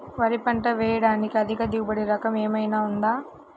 వరి పంట వేయటానికి అధిక దిగుబడి రకం ఏమయినా ఉందా?